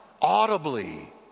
audibly